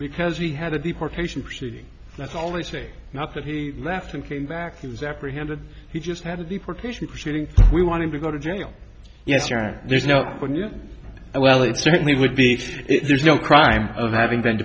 because he had a deportation proceedings that's all they say not that he left and came back he was apprehended he just had a deportation proceedings we want to go to jail yes you are and there's no i well it certainly would be if there's no crime having been